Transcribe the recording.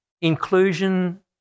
inclusion